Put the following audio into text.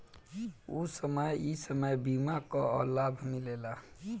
ऊ समय ई बीमा कअ लाभ मिलेला